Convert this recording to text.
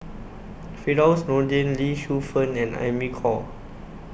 Firdaus Nordin Lee Shu Fen and Amy Khor